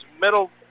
middle